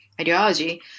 ideology